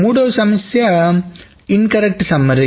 మూడవ సమస్య incorrect summary